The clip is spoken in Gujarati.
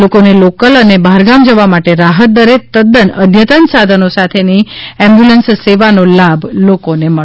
લોકોને લોકલ અને બહારગામ જવા માટે રાહત દરે તદ્દન અદ્યતન સાધનો સાથેની એમ્બ્યુલન્સ સેવાનો લાભ લોકોને મળશે